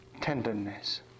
tenderness